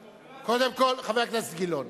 דמוקרטיה,